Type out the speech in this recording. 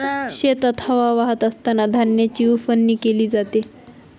शेतात हवा वाहत असतांना धान्याची उफणणी केली जाते